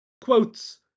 quotes